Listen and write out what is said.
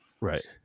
Right